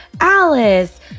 Alice